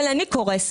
אבל אני קורסת,